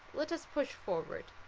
let us push forward.